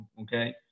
Okay